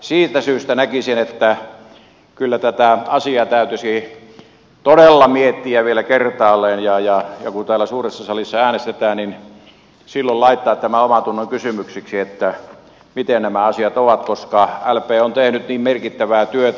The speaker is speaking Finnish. siitä syystä näkisin että kyllä tätä asiaa täytyisi todella miettiä vielä kertaalleen ja kun täällä suuressa salissa äänestetään silloin laittaa tämä omantunnon kysymykseksi miten nämä asiat ovat koska lp on tehnyt niin merkittävää työtä